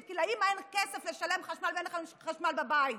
כי לאימא אין כסף לשלם חשמל ואין להם חשמל בבית.